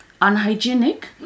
unhygienic